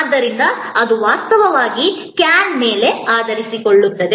ಆದ್ದರಿಂದ ಅದು ವಾಸ್ತವವಾಗಿ ಕ್ಯಾನ್ ಮೇಲೆ ಕೇಂದ್ರೀಕರಿಸಿದೆ